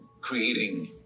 creating